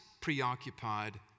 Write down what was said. preoccupied